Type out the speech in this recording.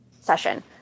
session